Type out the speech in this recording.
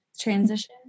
transition